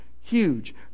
huge